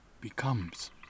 becomes